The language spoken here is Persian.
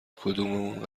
کدوممون